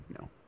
no